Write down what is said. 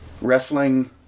wrestling